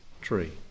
tree